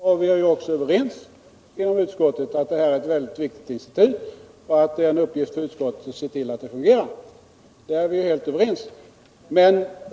Herr talman! Detta har jag inte alls bestridit. Vi är också överens inom utskottet om att frågeoch interpellationsinstitutet är väldigt viktigt och att det är en uppgift för utskottet att se till hur det fungerar.